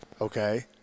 Okay